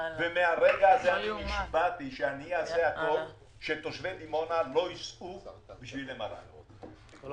מהרגע הזה נשבעתי שאעשה את הכול שתושבי דימונה לא ייסעו בשביל MRI. אני